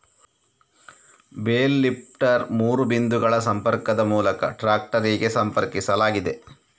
bale lifter ಮೂರು ಬಿಂದುಗಳ ಸಂಪರ್ಕದ ಮೂಲಕ ಟ್ರಾಕ್ಟರಿಗೆ ಸಂಪರ್ಕಿಸಲಾಗಿದೆ